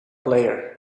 player